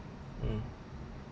mm